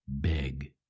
big